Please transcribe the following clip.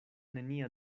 nenia